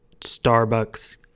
starbucks